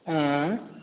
आँय